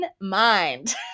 mind